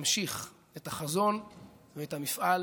להמשיך את החזון ואת המפעל,